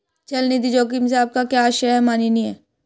चल निधि जोखिम से आपका क्या आशय है, माननीय?